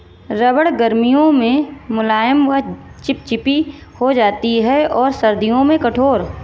रबड़ गर्मियों में मुलायम व चिपचिपी हो जाती है और सर्दियों में कठोर